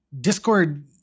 Discord